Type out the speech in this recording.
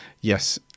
yes